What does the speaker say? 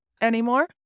anymore